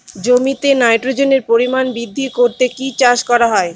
জমিতে নাইট্রোজেনের পরিমাণ বৃদ্ধি করতে কি চাষ করা হয়?